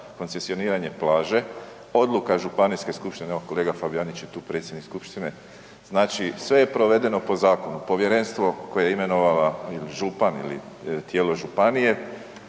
koncesioniranje plaže. Odluka županijske skupštine, evo kolega Fabijanić je tu predsjednik skupštine, znači sve je provedeno po zakonu, povjerenstvo koje je imenovala ili župan ili tijelo županije,